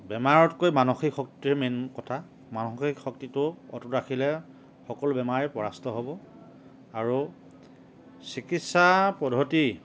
বেমাৰতকৈ মানসিক শক্তিহে মেইন কথা মানসিক শক্তিটো অটুট ৰাখিলে সকলো বেমাৰেই পৰাস্ত হ'ব আৰু চিকিৎসা পদ্ধতি